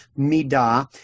midah